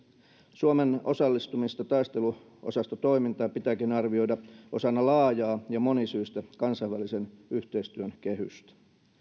suomen osallistumista taisteluosastotoimintaan pitääkin arvioida osana laajaa ja monisyistä kansainvälisen yhteistyön kehystä